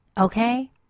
okay